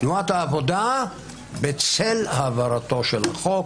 תנועת העבודה, בצל העברתו של החוק.